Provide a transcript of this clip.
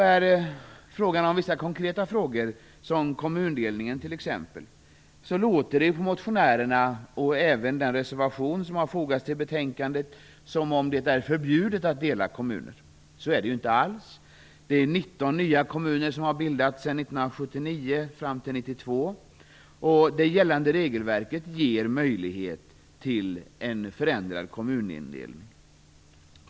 I vissa konkreta frågor, t.ex. kommundelningen, verkar det i motionerna, och även i den reservation som har fogats till betänkandet, som att det vore förbjudet att dela kommuner. Så är det inte alls. 19 nya kommuner har bildats mellan 1979 och 1992. Det gällande regelverket ger möjlighet till en förändrad kommunindelning.